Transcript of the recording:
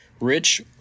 Rich